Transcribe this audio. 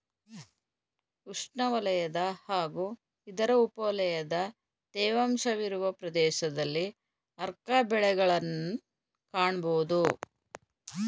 ಉಷ್ಣವಲಯ ಹಾಗೂ ಇದರ ಉಪವಲಯದ ತೇವಾಂಶವಿರುವ ಪ್ರದೇಶದಲ್ಲಿ ಆರ್ಕ ಬೆಳೆಗಳನ್ನ್ ಕಾಣ್ಬೋದು